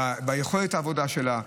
ביכולת העבודה שלה,